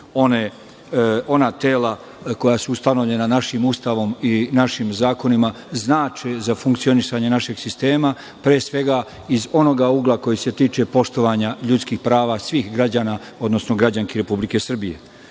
ona tela koja su ustanovljena našim Ustavom i našim zakonima, znače za funkcionisanje našeg sistema, pre svega iz onog ugla koji se tiče poštovanja ljudskih prava svih građana, odnosno građanki Republike Srbije. To